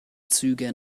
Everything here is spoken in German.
züge